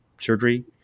surgery